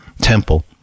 temple